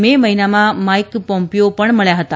મે મહિનામાં Mike Pompeo પણ મળ્યા હતા